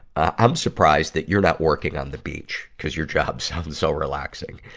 i'm surprised that you're not working on the beach, cuz your job sounds so relaxing.